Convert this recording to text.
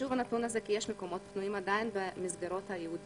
הנתון הזה חשוב כי עדיין יש מקומות פנויים במסגרות הייעודיות,